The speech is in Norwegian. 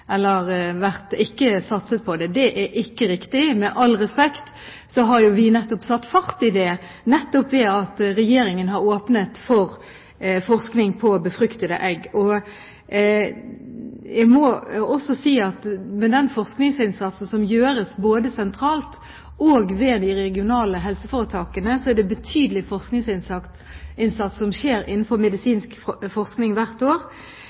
ikke satset på det. Det er ikke riktig. Med all respekt har jo vi satt fart i den nettopp ved at Regjeringen har åpnet for forskning på befruktede egg. Jeg må også si at med den forskningsinnsatsen som gjøres både sentralt og ved de regionale helseforetakene, er det en betydelig forskningsinnsats som skjer innenfor medisinsk forskning hvert år.